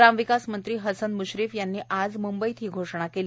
ग्रामविकास मंत्री हसन म्श्रीफ यांनी आज मुंबईत ही घोषणा केली